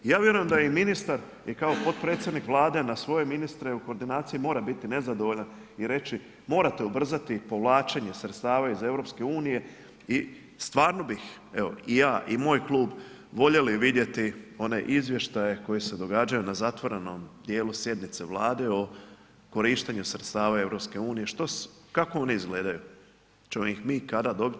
I ja vjerujem da i ministar i kao potpredsjednik Vlade na svoje ministre u koordinaciji mora biti nezadovoljan i reći morate ubrzati povlačenje sredstava iz EU i stvarno bih evo i ja i moj klub voljeli vidjeti one izvještaje koji se događaju na zatvorenom dijelu sjednice Vlade o korištenju sredstava EU što, kako oni izgledaju, hoćemo li ih mi kada dobiti?